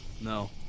No